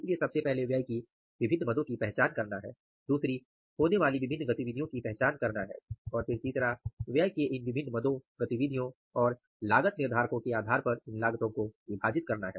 इसलिए सबसे पहले व्यय की विभिन्न मदों की पहचान करना है दूसरी होने वाली विभिन्न गतिविधियों की पहचान करना है और फिर तीसरा व्यय के इन विभिन्न मदों गतिविधियों और लागत निर्धारकों के आधार पर इन लागतों को विभाजित करना है